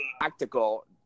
practical